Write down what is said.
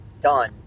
done